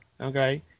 okay